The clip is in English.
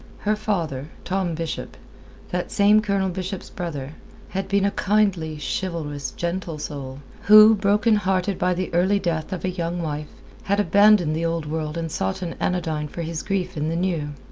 her father, tom bishop that same colonel bishop's brother had been a kindly, chivalrous, gentle soul, who, broken-hearted by the early death of a young wife, had abandoned the old world and sought an anodyne for his grief in the new.